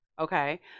okay